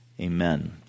Amen